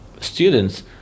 students